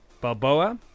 Balboa